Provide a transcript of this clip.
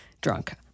Drunk